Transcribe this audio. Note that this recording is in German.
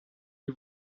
die